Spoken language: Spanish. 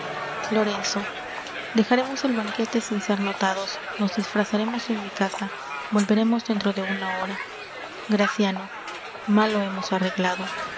salanio lorenzo dejaremos el banquete sin ser notados nos disfrazaremos en mi casa volveremos dentro de una hora graciano mal lo hemos arreglado